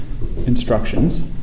instructions